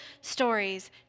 stories